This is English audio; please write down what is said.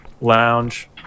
lounge